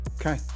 Okay